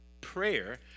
Prayer